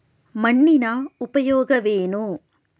ಮಣ್ಣಿನ ಉಪಯೋಗವೇನು?